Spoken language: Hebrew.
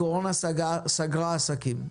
הקורונה סגרה עסקים.